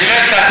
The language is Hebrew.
אני לא הצעתי,